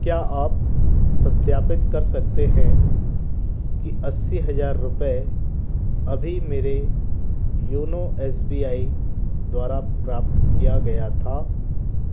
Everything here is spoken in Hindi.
क्या आप सत्यापित कर सकते हैं कि अस्सी हज़ार रुपये अभी मेरे योनो एस बी आई द्वारा प्राप्त किया गया था